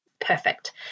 Perfect